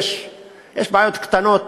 יש בעיות קטנות,